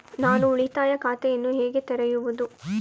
ನಾನು ಉಳಿತಾಯ ಖಾತೆಯನ್ನು ಹೇಗೆ ತೆರೆಯುವುದು?